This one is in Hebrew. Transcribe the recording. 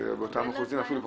אבל --- גם אין להם בעיית שפה.